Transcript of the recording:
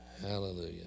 Hallelujah